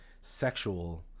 sexual